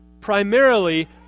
primarily